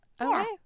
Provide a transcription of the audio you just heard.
Okay